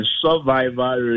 survival